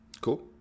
Cool